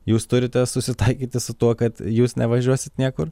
jūs turite susitaikyti su tuo kad jūs nevažiuosit niekur